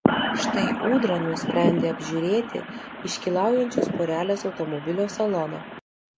štai ūdra nusprendė apžiūrėti iškylaujančios porelės automobilio saloną